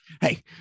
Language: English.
Hey